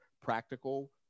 practical